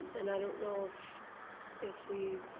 and i don't know if if we've,